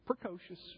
precocious